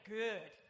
good